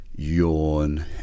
Yawn